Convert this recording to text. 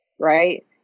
Right